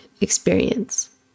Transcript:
experience